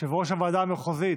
יושב-ראש הוועדה המחוזית,